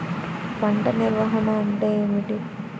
పంట నిర్వాహణ అంటే ఏమిటి?